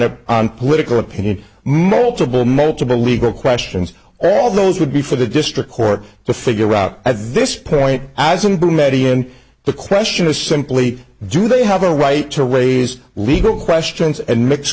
opinion multiple multiple legal questions all those would be for the district court to figure out at this point as somebody and the question is simply do they have a right to raise legal questions and mix